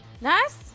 nice